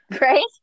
right